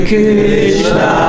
Krishna